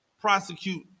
prosecute